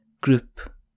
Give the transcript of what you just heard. group